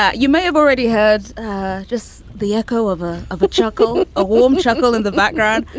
ah you may have already had just the echo of a of a chuckle, a warm chuckle in the background.